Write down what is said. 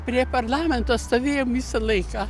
prie parlamento stovėjom visą laiką